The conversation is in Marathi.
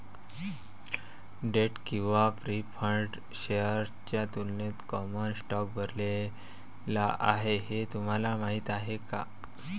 डेट किंवा प्रीफर्ड शेअर्सच्या तुलनेत कॉमन स्टॉक भरलेला आहे हे तुम्हाला माहीत आहे का?